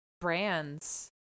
brands